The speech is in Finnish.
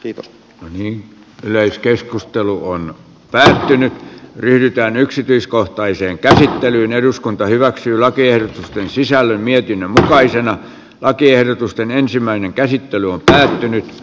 rikos on yleiskeskustelu on päättynyt ryhdytäänyksityiskohtaiseen käsittelyyn eduskunta hyväksyy laki ei sisälly mietin vähäisenä lakiehdotusten ensimmäinen käsittely on minimoimiseksi